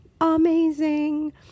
amazing